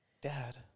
Dad